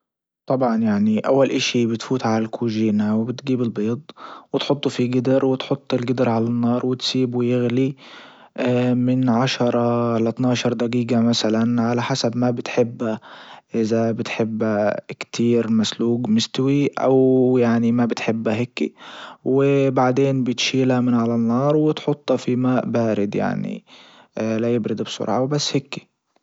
طبعا يعني اول اشي بتفوت عالكوجينة وبتجيب البيض وتحطه في جدر وتحط الجدر على النار وتسيبه يغلي من عشرة لاثنى عشر دجيجة مثلا على حسب ما بتحب اذا بتحب كتير مسلوج مستوي او يعني ما بتحبها هيكي وبعدين بتشيلها من على النار وتحطها في ماء بارد يعني لا يبرد بسرعة وبس هكي